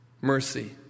mercy